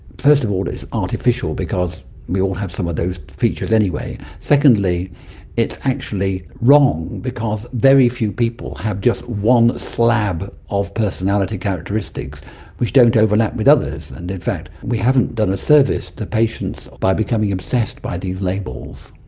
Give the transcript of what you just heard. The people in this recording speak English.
first of all it's artificial because we all have some of those features anyway. secondly it's actually wrong because very few people have just one slab of personality characteristics which don't overlap with others. and in fact we haven't done a service to patients by becoming obsessed by these labels.